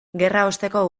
gerraosteko